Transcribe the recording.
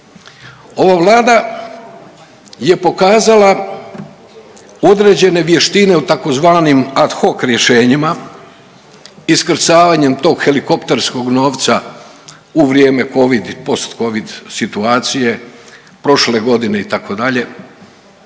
Ova Vlada je pokazala određene vještine u tzv. ad hoc rješenjima iskrcavanjem tog helikopterskog novca u vrijeme covid i post covid situacije prošle godine itd.